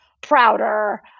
prouder